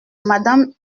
madame